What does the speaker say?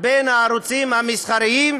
בין הערוצים המסחריים,